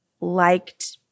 liked –